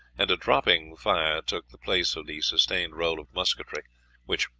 and a dropping fire took the place of the sustained roll of musketry which,